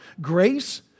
Grace